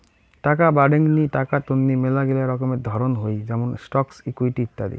টাকা বাডেঙ্নি টাকা তন্নি মেলাগিলা রকমের ধরণ হই যেমন স্টকস, ইকুইটি ইত্যাদি